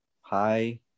hi